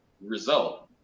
result